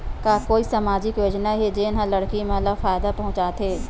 का कोई समाजिक योजना हे, जेन हा लड़की मन ला फायदा पहुंचाथे?